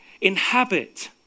inhabit